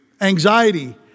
anxiety